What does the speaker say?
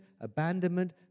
abandonment